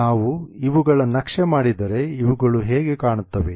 ನಾವು ಇವುಗಳ ನಕ್ಷೆ ಮಾಡಿದರೆ ಇವುಗಳು ಹೇಗೆ ಕಾಣುತ್ತವೆ